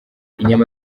inyama